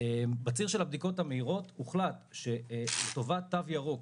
בציר של הבדיקות המהירות הוחלט שלטובת תו ירוק,